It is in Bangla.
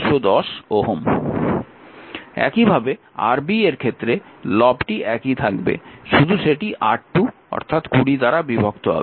একইভাবে Rb এর ক্ষেত্রে লবটি একই থাকবে শুধু সেটি R2 অর্থাৎ 20 দ্বারা বিভক্ত হবে